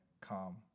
calm